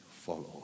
follow